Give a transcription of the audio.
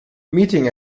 meeting